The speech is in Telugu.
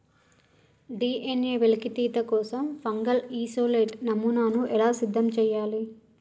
డి.ఎన్.ఎ వెలికితీత కోసం ఫంగల్ ఇసోలేట్ నమూనాను ఎలా సిద్ధం చెయ్యాలి?